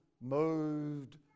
moved